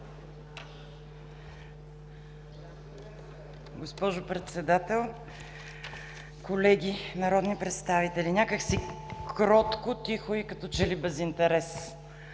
Госпожо Председател, колеги народни представители! Някак си кротко, тихо и като че ли без интерес